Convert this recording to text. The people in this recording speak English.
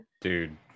dude